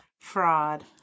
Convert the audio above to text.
Fraud